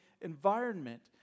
environment